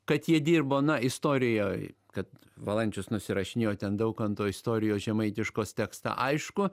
kad jie dirbo na istorijoj kad valančius nusirašinėjo ten daukanto istorijos žemaitiškos tekstą aišku